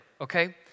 Okay